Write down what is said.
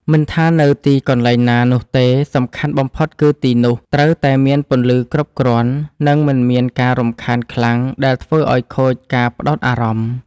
មិនថានៅទីកន្លែងណានោះទេ សំខាន់បំផុតគឺទីនោះត្រូវតែមានពន្លឺគ្រប់គ្រាន់ និងមិនមានការរំខានខ្លាំងដែលធ្វើឱ្យខូចការផ្ដោតអារម្មណ៍។